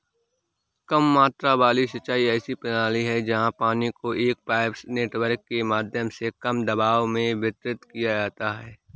कम मात्रा वाली सिंचाई ऐसी प्रणाली है जहाँ पानी को एक पाइप नेटवर्क के माध्यम से कम दबाव में वितरित किया जाता है